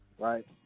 right